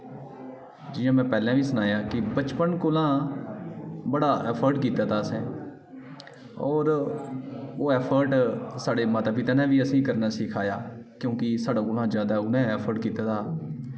जि'यां में पैह्लें बी सनाया कि बचपन कोला बड़ा एफर्ट कीता दा असें होर ओह् एफर्ट साढ़े माता पिता ने बी असें ई करना सिखाया क्योंकि साढ़े कोला जादा उ'नें एफर्ट कीता दा